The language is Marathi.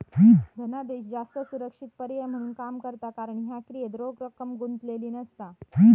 धनादेश जास्त सुरक्षित पर्याय म्हणून काम करता कारण ह्या क्रियेत रोख रक्कम गुंतलेली नसता